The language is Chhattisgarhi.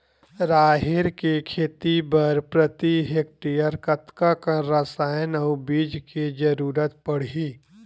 राहेर के खेती बर प्रति हेक्टेयर कतका कन रसायन अउ बीज के जरूरत पड़ही?